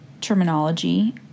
terminology